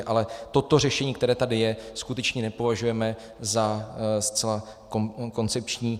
Ale toto řešení, které tady je, skutečně nepovažujeme za zcela koncepční.